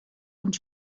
und